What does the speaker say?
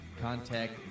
contact